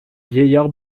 vieillard